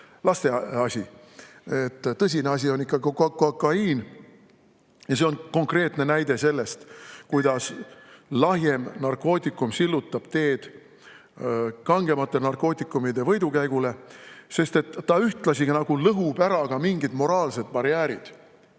lasteasi, tõsine asi on ikka kokaiin. See on konkreetne näide sellest, kuidas lahjem narkootikum sillutab teed kangemate narkootikumide võidukäigule, sest ta ühtlasi nagu lõhub ära mingid moraalsed barjäärid.